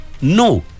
no